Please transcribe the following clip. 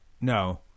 No